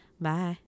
Bye